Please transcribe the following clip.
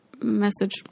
message